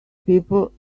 people